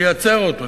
לייצר אותו.